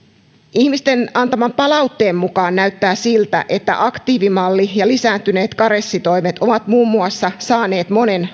ihmisten antaman palautteen mukaan näyttää siltä että aktiivimalli ja lisääntyneet karenssitoimet ovat muun muassa saaneet monen